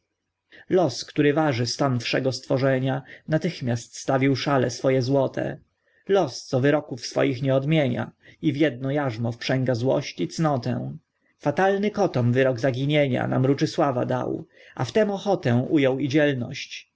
los który waży stan wszego stworzenia natychmiast stawił szale swoje złote los co wyroków swoich nie odmienia i w jedno jarzmo wsprzęga złość i cnotę fatalny kotom wyrok zaginienia na mruczysława dał a wtem ochotę ujął i dzielność